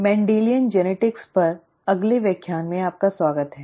Mendelian आनुवंशिकी पर अगले व्याख्यान में आपका स्वागत है